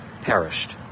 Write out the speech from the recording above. perished